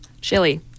Chili